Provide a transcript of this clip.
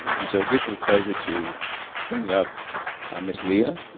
and so it gives me pleasure to bring up ms. lia.